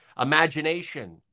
imagination